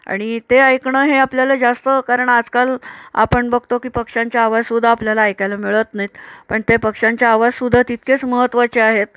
आणि ते ऐकणं हे आपल्याला जास्त कारण आजकाल आपण बघतो की पक्ष्यांचे आवाजसुद्धा आपल्याला ऐकायला मिळत नाहीत पण ते पक्ष्यांचे आवाजसुद्धा तितकेच महत्त्वाचे आहेत